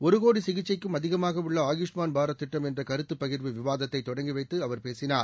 ஒரு கோடி சிகிச்சைக்கும் அதிகமாகியுள்ள ஆயுஷ்மான் பாரத் திட்டம் என்ற கருத்துப் பகிர்வு விவாதத்தைத் தொடங்கி வைத்து அவர் பேசினார்